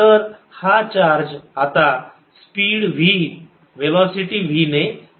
तर हा चार्ज आता स्पीड v वेलोसिटी v ने मूव्ह होत आहे